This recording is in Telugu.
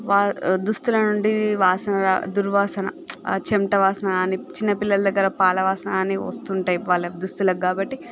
వా దుస్తులు అంటే వాసన దుర్వాసనా ప్చ్ చెమట వాసన అని చిన్న పిల్లల దగ్గర పాలవాసన అని వస్తుంటాయి వాళ్ళ దుస్తులకు కాబట్టి